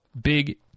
big